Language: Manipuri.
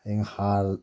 ꯍꯌꯦꯡ ꯍꯥꯔ